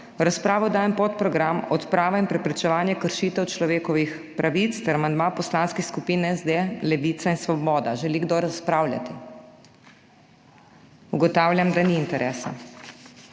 razpravo dajem podprogram Odprava in preprečevanje kršitev človekovih pravic ter amandma poslanskih skupin SD, Levica in Svoboda. Želi kdo razpravljati? Ugotavljam, da ni interesa.